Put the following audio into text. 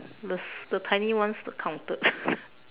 the the tiny ones not counted